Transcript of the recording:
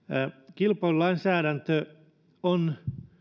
kilpailulainsäädäntö on